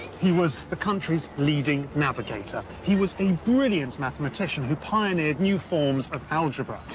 he was the country's leading navigator, he was a brilliant mathematician who pioneered new forms of algebra.